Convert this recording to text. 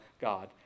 God